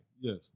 Yes